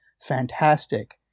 fantastic